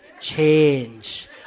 Change